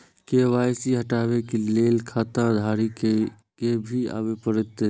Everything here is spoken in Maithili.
के.वाई.सी हटाबै के लैल खाता धारी के भी आबे परतै?